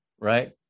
right